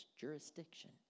jurisdiction